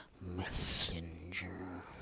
messenger